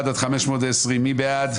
מתייחסת להסתייגויות 500-481, מי בעד?